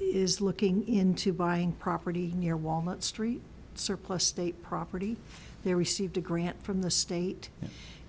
is looking into buying property near wall street surplus state property they received a grant from the state